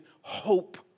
hope